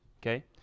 okay